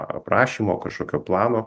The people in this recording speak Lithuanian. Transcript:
aprašymo kažkokio plano